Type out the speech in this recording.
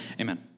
Amen